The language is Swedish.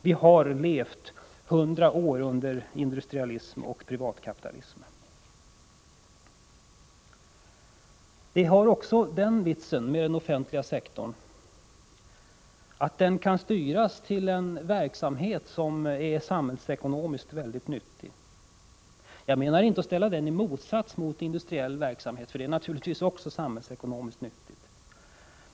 Vi har levat i hundra år under industrialism och privatkapitalism! Den offentliga sektorn har också den fördelen att den kan styras till en verksamhet som är samhällsekonomiskt mycket nyttig. Jag menar inte att man skall ställa den i motsats till industriell verksamhet — denna är naturligtvis också samhällsekonomiskt nyttig.